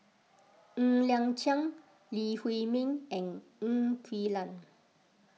Ng Liang Chiang Lee Huei Min and Ng Quee Lam